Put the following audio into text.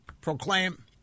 proclaim